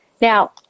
Now